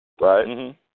Right